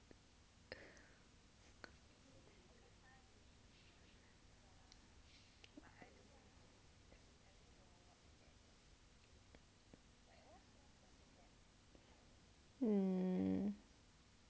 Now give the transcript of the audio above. mm